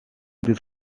this